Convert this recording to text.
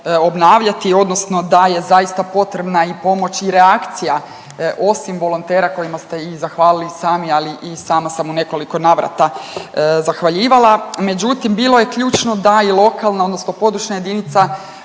odnosno da je zaista potrebna i pomoć i reakcija osim volontera kojim ste i zahvalili i sami ali i sama sam u nekoliko navrata zahvaljivala međutim bilo je ključno da je lokalna odnosno područna jedinica